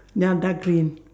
ya dark green